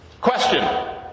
Question